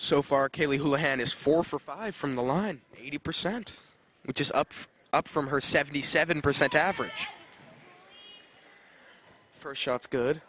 is four for five from the line eighty percent which is up up from her seventy seven percent average for shots good